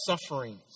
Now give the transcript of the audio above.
sufferings